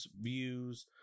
views